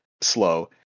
slow